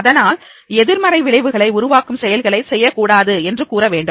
அதனால் எதிர்மறை விளைவுகளை உருவாக்கும் செயல்களை செய்யக்கூடாது என்று கூற வேண்டும்